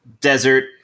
desert